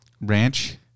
Ranch